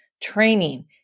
training